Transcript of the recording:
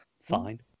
fine